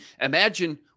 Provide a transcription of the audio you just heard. Imagine